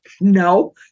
No